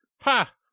Ha